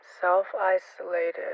Self-isolated